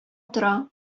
тора